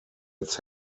its